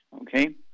Okay